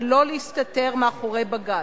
ולא להסתתר מאחורי בג"ץ.